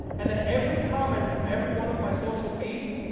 and then every comment from every one of my social feeds,